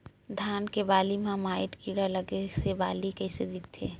धान के बालि म माईट कीड़ा लगे से बालि कइसे दिखथे?